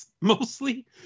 mostly